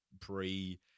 pre